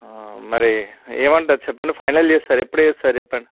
మరీ ఏమంటారు చెప్పండి ఫైనల్ చేస్తారు ఎప్పుడు చేస్తారు చెప్పండి